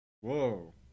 Whoa